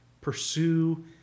pursue